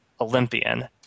Olympian